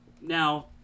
Now